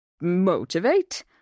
Motivate